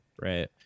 right